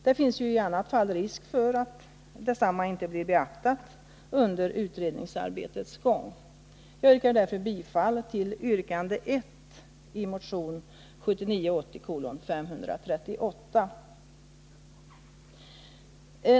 Det finns i annat fall risk för att det inte blir beaktat under utredningsarbetets gång. Jag yrkar därför bifall till yrkande 1 i motion 1979/80:538.